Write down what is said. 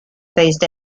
phased